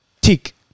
Tick